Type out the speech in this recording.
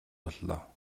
боллоо